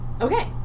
Okay